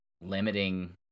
limiting